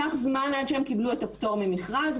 לקח זמן עד שהם קיבלו את הפטור ממכרז,